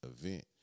event